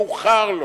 מאוחר לו.